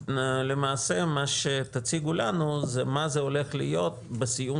ולמעשה מה שתציגו לנו זה מה הולך להיות בסיום